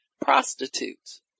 prostitutes